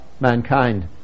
mankind